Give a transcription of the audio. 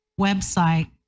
website